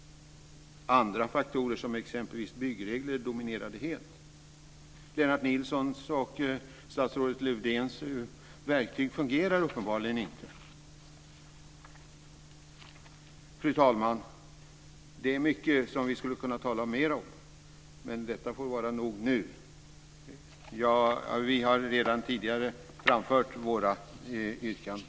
Andra faktorer, exempelvis byggregler, dominerade helt. Lennart Nilssons och statsrådet Lövdéns verktyg fungerar uppenbarligen inte. Fru talman! Det finns mycket som vi skulle kunna tala mer om. Men detta får vara nog nu. Vi har redan tidigare framfört våra yrkanden.